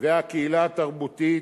והקהילה התרבותית,